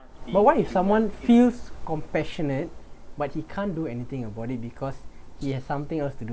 but what if someone feels compassionate but he can't do anything about it because he has something else you know